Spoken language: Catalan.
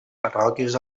parròquies